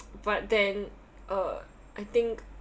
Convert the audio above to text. but then uh I think